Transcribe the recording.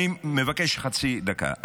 אני מבקש חצי דקה.